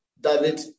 David